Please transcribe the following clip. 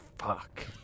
Fuck